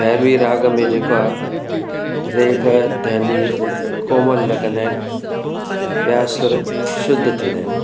भैरवी राग में जेको आहे रे ग ध नि कोमल लॻंदा आहिनि ऐं ॿिया सुर शुद्ध थींदा आहिनि